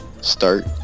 start